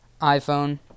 iPhone